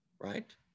right